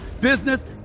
business